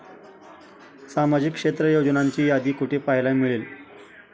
सामाजिक क्षेत्र योजनांची यादी कुठे पाहायला मिळेल?